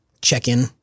check-in